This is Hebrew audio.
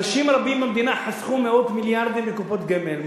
אנשים רבים במדינה חסכו מאות מיליארדים בקופות גמל.